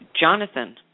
Jonathan